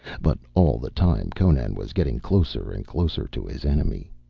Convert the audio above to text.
but all the time conan was getting closer and closer to his enemy.